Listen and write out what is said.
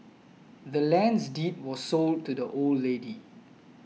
the land's deed was sold to the old lady